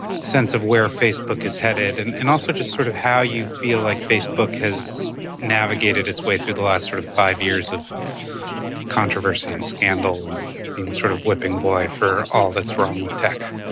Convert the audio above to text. sense of where facebook is headed? and and also just sort of how you feel like facebook has navigated its way through the last sort of five years of controversy and scandal and being sort of whipping boy for all that's wrong with tech.